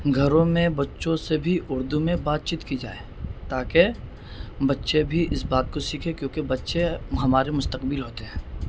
گھروں میں بچوں سے بھی اردو میں بات چیت کی جائے تاکہ بچے بھی اس بات کو سیکھے کیونکہ بچے ہمارے مستقبل ہوتے ہیں